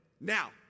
Now